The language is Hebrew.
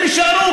והם יישארו,